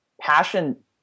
Passion